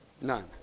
None